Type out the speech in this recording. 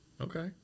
Okay